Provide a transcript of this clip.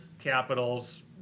capitals